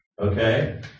Okay